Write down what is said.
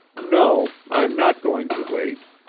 no. i'm not going to wait.